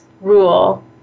rule